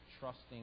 trusting